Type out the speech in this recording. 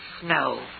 snow